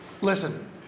Listen